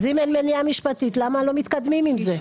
אז אם מניעה משפטית למה לא מתקדמים עם זה?